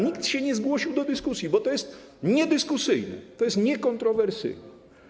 Nikt się nie zgłosił do dyskusji, bo to jest niedyskusyjne, to jest niekontrowersyjne.